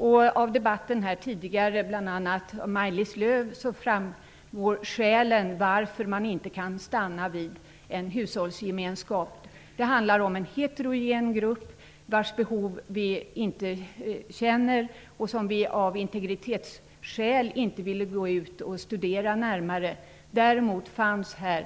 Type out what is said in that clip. Av den tidigare debatten framgick det varför man inte kunde stanna vid att lagen skulle utgå från en hushållsgemenskap; bl.a. Maj-Lis Lööw talade om det. I det fallet handlar det om en heterogen grupp vars behov vi inte känner till och som vi av integritetsskäl inte ville studera närmare. Däremot hade